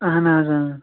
اَہَن حظ